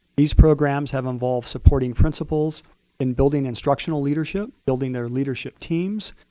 these programs have involved supporting principals in building instructional leadership, building their leadership teams,